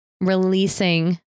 releasing